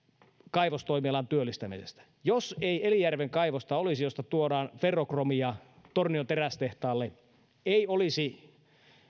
kaivostoimialan työllistämisestä jos ei olisi elijärven kaivosta josta tuodaan ferrokromia tornion terästehtaalle ei olisi